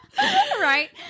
right